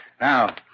now